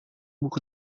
buku